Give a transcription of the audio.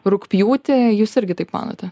rugpjūtį jūs irgi taip manote